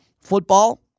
football